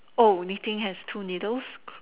oh knitting has two needles